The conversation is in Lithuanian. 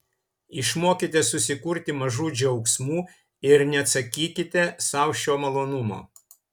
išmokite susikurti mažų džiaugsmų ir neatsakykite sau šio malonumo